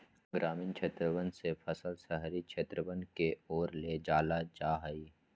ग्रामीण क्षेत्रवन से फसल शहरी क्षेत्रवन के ओर ले जाल जाहई